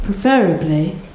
preferably